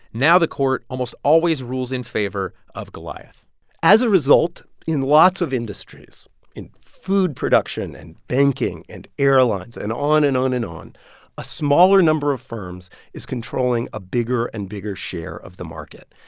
now the court almost always rules in favor of goliath as a result, in lots of industries in food production and banking and airlines and on and on and on a smaller number of firms is controlling a bigger and bigger share of the market.